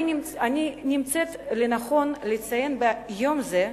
אני מוצאת לנכון לציין ביום זה,